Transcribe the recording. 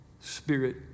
spirit